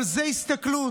אבל זו הסתכלות